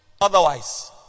otherwise